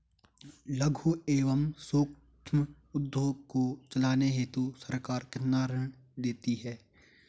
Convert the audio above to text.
लघु एवं सूक्ष्म उद्योग को चलाने हेतु सरकार कितना ऋण देती है?